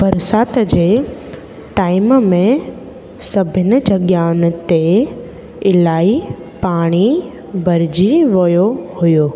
बरसाति जे टाइम में सभिनी जॻहियुनि ते इलाही पाणी भरिजी वियो हुओ